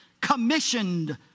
commissioned